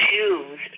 choose